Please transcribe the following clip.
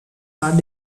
heart